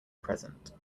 present